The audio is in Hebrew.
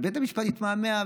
ובית המשפט התמהמה.